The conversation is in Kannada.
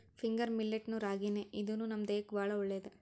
ಫಿಂಗರ್ ಮಿಲ್ಲೆಟ್ ನು ರಾಗಿನೇ ಇದೂನು ನಮ್ ದೇಹಕ್ಕ್ ಭಾಳ್ ಒಳ್ಳೇದ್